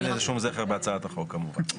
אין לזה שום זכר בהצעת החוק כמובן.